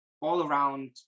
all-around